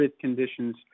conditions